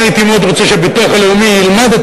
אני הייתי מאוד רוצה שהביטוח הלאומי ילמד את